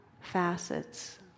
facets